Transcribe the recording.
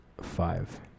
five